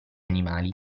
animali